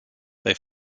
they